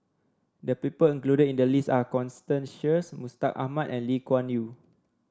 the people included in the list are Constance Sheares Mustaq Ahmad and Lee Kuan Yew